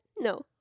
No